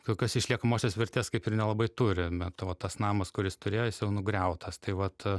kol kas išliekamosios vertės kaip ir nelabai turi bet va tas namas kuris turėjo jis jau nugriautas tai vat